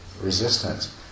resistance